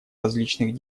различных